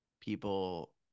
people